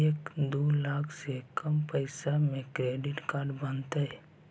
एक दू लाख से कम पैसा में क्रेडिट कार्ड बनतैय?